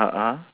ah ah